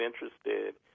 interested